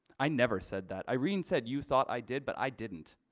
i never said that. irene said you thought i did, but i didn't.